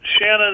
Shannon